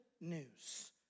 news